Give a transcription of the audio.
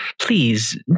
please